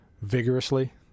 vigorously